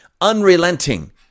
unrelenting